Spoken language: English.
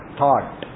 thought